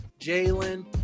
Jalen